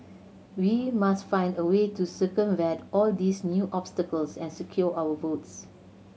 we must find a way to circumvent all these new obstacles and secure our votes